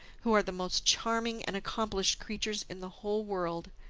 who are the most charming and accomplished creatures in the whole world.